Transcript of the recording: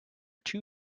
two